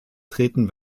treten